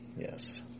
yes